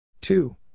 two